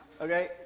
Okay